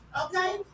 Okay